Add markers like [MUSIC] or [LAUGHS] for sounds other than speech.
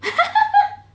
[LAUGHS]